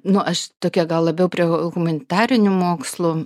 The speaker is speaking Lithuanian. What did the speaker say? nu aš tokia gal labiau prie humanitarinių mokslų